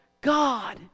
God